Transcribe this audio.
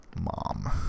Mom